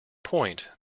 point